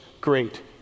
great